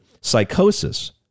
psychosis